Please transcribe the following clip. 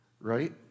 right